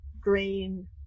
green